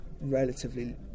relatively